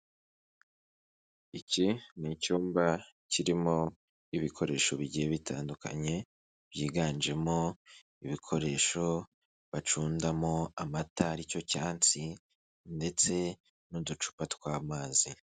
Iki ni icyumba kirimo ibikoresho bigiye bitandukanye byiganjemo ibikoresho bacundamo amata, aricyo cyansi ndetse n'uducupa tw'amazi.